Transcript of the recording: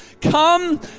Come